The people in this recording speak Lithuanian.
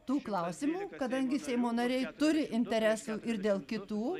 tų klausimų kadangi seimo nariai turi interesų ir dėl kitų